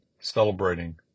celebrating